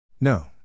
No